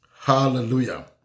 Hallelujah